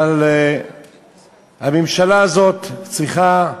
אבל הממשלה הזאת צריכה,